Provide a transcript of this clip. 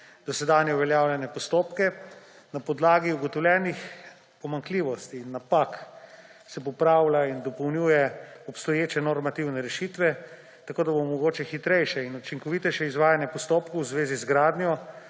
dosedanje uveljavljanje postopke. Na podlagi ugotovljenih pomanjkljivosti, napak se popravlja in dopolnjuje obstoječe normativne rešitve, tako da bo mogoče hitrejše in učinkovitejše izvajanje postopkov v zvezi z gradnjo